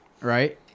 right